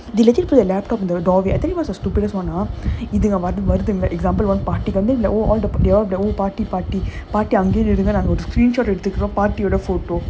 they legit~ put the laptop on the dog eh I tell you what's the stupidest [one] or not ah சொன்னான்:sonnaan example one party down there they all they all party party until screenshot எடுத்து வச்சிக்கோ:eduthu vachiko party ஓட:oda photo